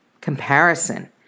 Comparison